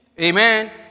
Amen